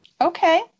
Okay